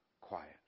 quiet